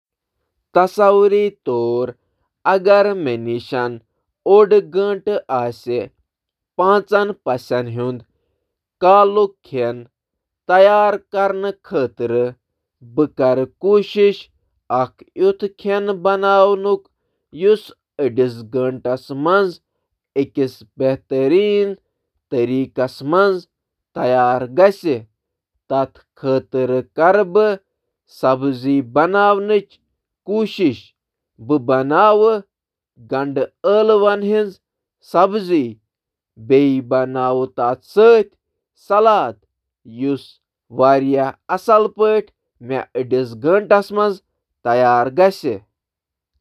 اگر مےٚ پانٛژن پوٚژھٮ۪ن خٲطرٕ ڈِنر بناوُن چھُ تہٕ مےٚ چھُ صِرِف نٮ۪صف گٲنٛٹہٕ تہٕ بہٕ کَرٕ گنڈے ایلو تہٕ سلاد تیار۔